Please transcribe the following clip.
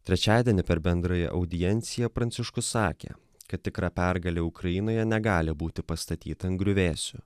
trečiadienį per bendrąją audienciją pranciškus sakė kad tikra pergalė ukrainoje negali būti pastatyta ant griuvėsių